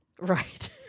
Right